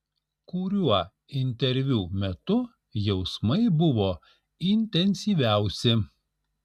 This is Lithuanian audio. kuriuo interviu metu jausmai buvo intensyviausi